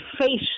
face